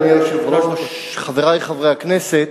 אדוני היושב-ראש, חברי חברי הכנסת,